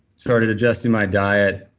started adjusting my diet,